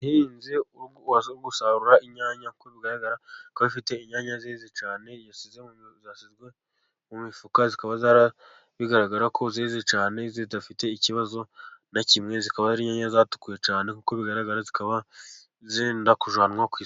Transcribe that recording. Umuhinzi waje gusarura inyanya, nk'uko bigaragara ko afite inyanya zeze cyane, zashyizwe mu mifuka, zikaba bigaragara ko zeze cyane, zidafite ikibazo na kimwe, zikaba ari nkeya zatukuye cyane, nk'uko bigaragara zikaba zenda kujyanwa ku isoko.